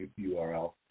URL